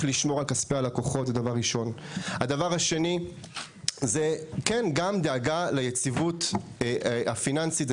לשמור על כספי הלקוחות; הדבר השני הוא דאגה ליציבות הפיננסית,